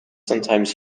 sometimes